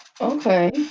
Okay